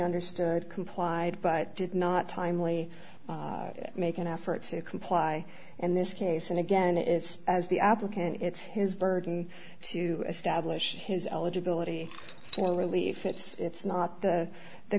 understood complied but did not timely make an effort to comply and this case and again it is as the applicant it's his burden to establish his eligibility for relief it's not the the